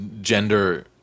gender